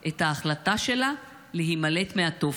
את ההחלטה שלה להימלט מהתופת.